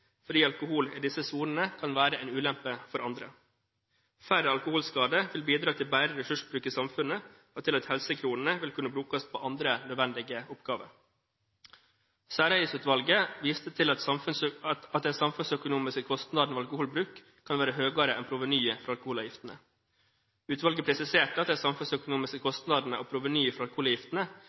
fordi alkohol i disse sonene kan være en ulempe for andre. Færre alkoholskader vil bidra til bedre ressursbruk i samfunnet og til at helsekronene vil kunne brukes på andre nødvendige oppgaver. Særavgiftsutvalget viste til at de samfunnsøkonomiske kostnadene ved alkoholbruk kan være høyere enn provenyet fra alkoholavgiftene. Utvalget presiserte at de samfunnsøkonomiske kostnadene og provenyet